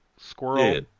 Squirrel